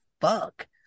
fuck